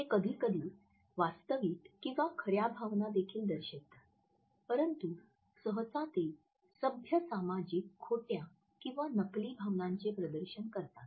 ते कधीकधी वास्तविक किंवा खऱ्या भावना देखील दर्शवितात परंतु सहसा ते सभ्य सामाजिक खोट्या किंवा नकली भावनांचे प्रदर्शन करतात